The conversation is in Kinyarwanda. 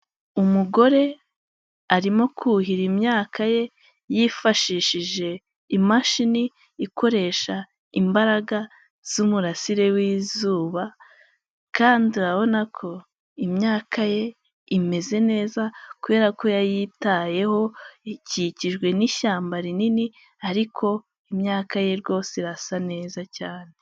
Umugore arimo kuhira imyaka ye yifashishije imashini ikoresha imbaraga z'umurasire w'izuba kandi urabona ko imyaka ye imeze neza kubera ko yayitayeho ikikijwe n'ishyamba rinini ariko imyaka ye rwose irasa neza cyane.